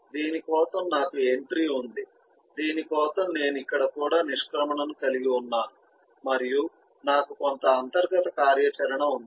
దీని కోసం నాకు ఎంట్రీ ఉంది దీని కోసం నేను ఇక్కడ కూడా నిష్క్రమణను కలిగి ఉన్నాను మరియు నాకు కొంత అంతర్గత కార్యాచరణ ఉంది